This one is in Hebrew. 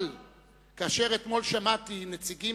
אבל כאשר אתמול שמעתי נציגים